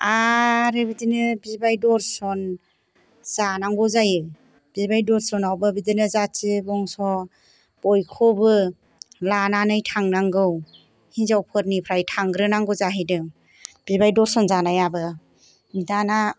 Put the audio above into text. आरो बिदिनो बिबाय दरसन जानांगौ जायो बिबाय दरसनावबो बिदिनो जाथि बंस' बयखौबो लानानै थांनांगौ हिनजाव फोरनिफ्राय थांग्रो नांगौ जाहैदों बिबाय दरसन जानायाबो